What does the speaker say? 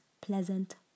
pleasant